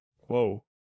whoa